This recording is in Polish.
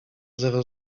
zero